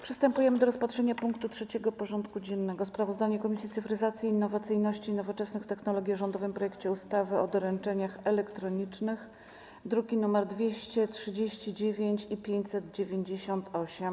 Przystępujemy do rozpatrzenia punktu 3. porządku dziennego: Sprawozdanie Komisji Cyfryzacji, Innowacyjności i Nowoczesnych Technologii o rządowym projekcie ustawy o doręczeniach elektronicznych (druki nr 239 i 598)